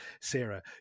Sarah